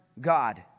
God